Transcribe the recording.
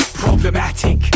Problematic